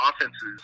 offenses